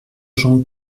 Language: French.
jean